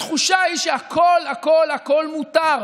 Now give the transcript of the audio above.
התחושה היא שהכול הכול מותר,